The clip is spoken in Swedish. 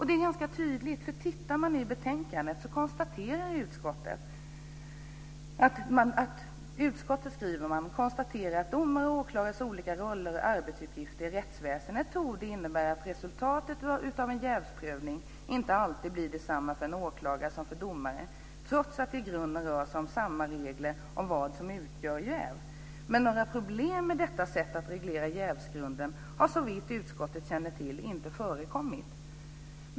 Detta framgår också när man läser följande i betänkandet: "Utskottet konstaterar att domares och åklagares olika roller och arbetsuppgifter i rättsväsendet torde innebära att resultatet av en jävsprövning inte alltid blir detsamma för åklagare som för domare trots att det i grunden rör sig om samma regler om vad som utgör jäv. Några problem med detta sätt att reglera jävsgrunderna har såvitt utskottet känner till inte förekommit."